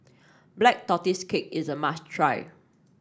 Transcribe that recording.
Black Tortoise Cake is a must try